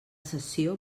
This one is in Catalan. sessió